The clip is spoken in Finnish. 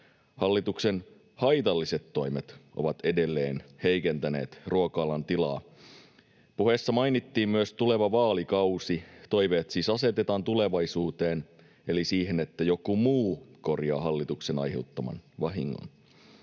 hallituksen haitalliset toimet ovat edelleen heikentäneet ruoka-alan tilaa. Puheessa mainittiin myös tuleva vaalikausi. Toiveet siis asetetaan tulevaisuuteen eli siihen, että joku muu korjaa hallituksen aiheuttaman vahingon.